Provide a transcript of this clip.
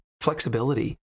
flexibility